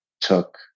took